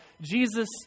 Jesus